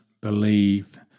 believe